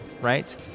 right